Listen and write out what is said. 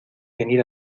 venir